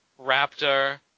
Raptor